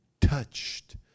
touched